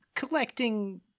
collecting